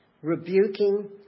rebuking